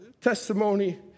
testimony